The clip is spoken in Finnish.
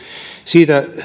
siitä